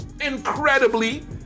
incredibly